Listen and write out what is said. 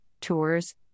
tours